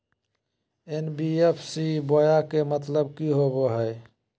NBFC बोया के मतलब कि होवे हय?